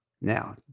Now